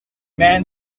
man